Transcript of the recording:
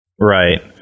right